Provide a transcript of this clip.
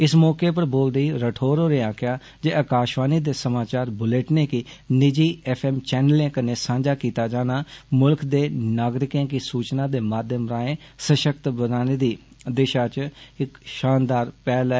इस मौके उप्पर बोलदे होई राठौर होरें आक्खेआ जे आकाषवाणी दे समाचार बुलेटनें गी निजी एफ एम चैनलें कन्नै सांझा कीता जाना मुल्ख दे नागरिकें गी सूचना दे माध्यम राएं सषक्त बनाने दी दिषा च षानदार पहल ऐ